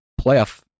playoff